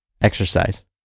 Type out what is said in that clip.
Exercise